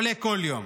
עולה כל יום.